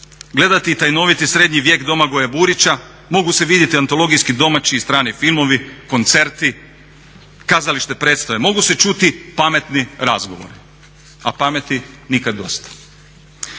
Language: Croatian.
gledati i tajnoviti srednji vijek Domagoja Burića, mogu se vidjeti antologijski domaći i strani filmovi, koncerti, kazališne predstave, mogu se čuti pametni razgovori a pameti nikad dosta.